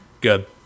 Good